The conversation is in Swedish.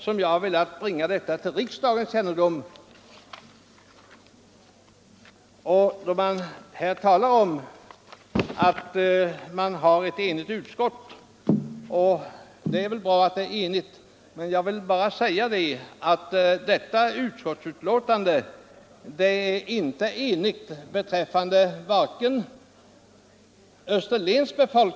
Det talas här om att utskottet är enigt, och det är väl bra att man är överens i utskottet, men jag vill hävda att utskottets betänkande inte stämmer överens med vad befolkningen i Österlen anser.